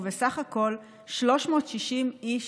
ובסך הכול 360 איש,